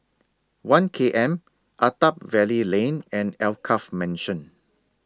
one K M Attap Valley Lane and Alkaff Mansion